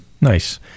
Nice